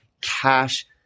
cash